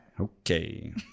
Okay